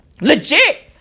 Legit